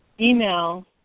email